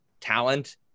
talent